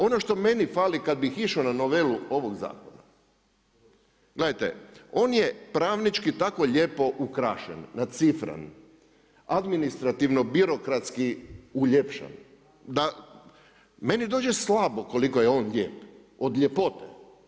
Ono što meni fali kad bi išao na novelu ovog zakona, gledajte on je pravnički tako lijepo ukrašen, nacifran, administrativno, birokratski uljepšan, da meni dođe slabo koliko je on lijep, od ljepote.